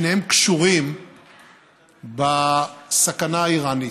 שניהם קשורים בסכנה האיראנית.